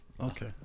Okay